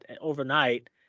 overnight